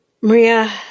Maria